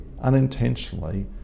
unintentionally